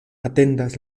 atendas